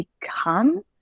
become